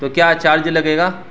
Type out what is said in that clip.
تو کیا چارج لگے گا